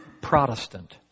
Protestant